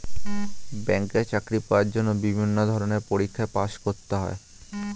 ব্যাংকে চাকরি পাওয়ার জন্য বিভিন্ন ধরনের পরীক্ষায় পাস করতে হয়